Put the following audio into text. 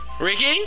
Ricky